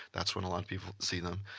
that's when a lot of people see them.